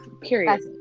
period